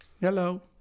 Hello